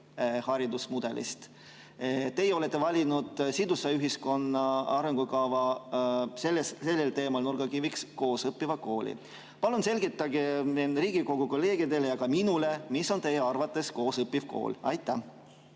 haridusmudelist. Teie olete valinud sidusa ühiskonna arengukavas sellel teemal nurgakiviks koosõppiva kooli. Palun selgitage Riigikogu kolleegidele ja ka minule, mis on teie arvates koosõppiv kool. Aitäh,